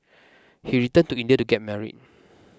he returned to India to get married